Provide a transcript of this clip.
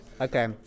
Okay